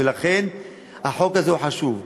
ולכן החוק הזה חשוב.